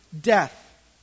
death